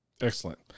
Excellent